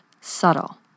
subtle